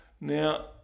Now